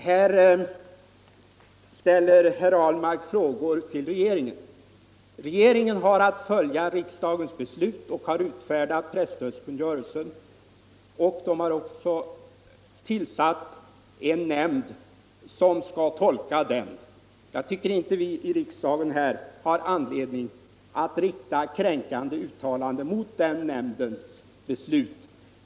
Onsdagen den Herr Ahlmark ställer frågor till regeringen. Regeringen har att följa 14 maj 1975 riksdagens beslut och har utfärdat presstödskungörelsen. Den har också tillsatt en nämnd som skall tolka bestämmelserna i denna. Jag tycker = Riktlinjer för inte att vi här i riksdagen har anledning att rikta kränkande uttalanden = invandraroch mot denna nämnds beslut.